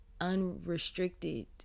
unrestricted